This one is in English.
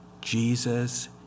Jesus